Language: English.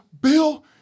Bill